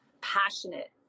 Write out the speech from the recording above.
passionate